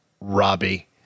Robbie